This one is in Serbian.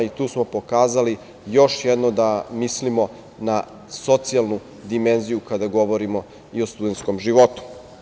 Tu smo pokazali još jednom da mislimo na socijalnu dimenziju kada govorimo i o studentskom životu.